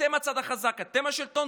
אתם הצד החזק, אתם השלטון.